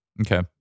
Okay